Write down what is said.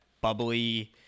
bubbly